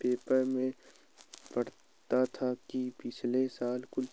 paper में पढ़ा था कि पिछले साल कुल